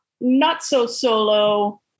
not-so-solo